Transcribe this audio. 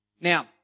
Now